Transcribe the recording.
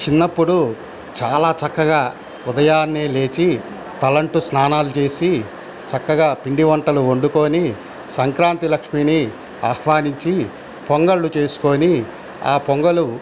చిన్నప్పుడు చాలా చక్కగా ఉదయాన్నే లేచి తలంటూ స్నానాలు చేసి చక్కగా పిండివంటలు వండుకొని సంక్రాంతి లక్ష్మిని ఆహ్వానించి పొంగళ్ళు చేసుకొని ఆ పొంగలు